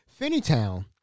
Finneytown